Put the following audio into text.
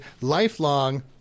lifelong